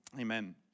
Amen